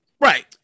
Right